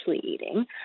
eating